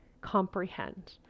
comprehend